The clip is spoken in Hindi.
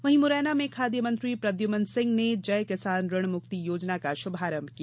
वहीं मुरैना में खाद्य मंत्री प्रद्यमन सिंह ने जय किसान ऋण मुक्ति योजना का शुभारंभ किया